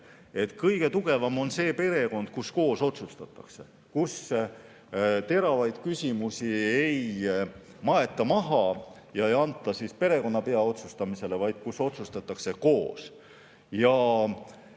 kõige tugevam on see perekond, kus koos otsustatakse, kus teravaid küsimusi ei maeta maha ega anta perekonnapea otsustamisele, vaid otsustatakse koos.